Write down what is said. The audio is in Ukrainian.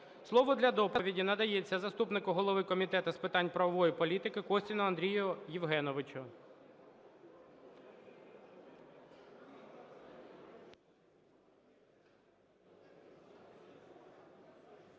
Слово для доповіді надається заступнику голови Комітету з питань правової політики Костіну Андрію Євгеновичу.